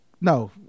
No